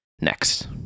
next